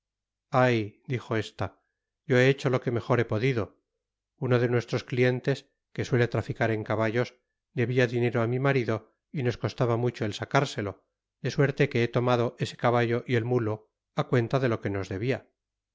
ay dijo esta yo he hecho lo que mejor he podido uno de nuestros clientes que suele traficar en caballos debia dinero á mi marido y nos costaba mucho el sacárselo de suerte que he tomado ese caballo y el mulo á cuenta de lo que nos debia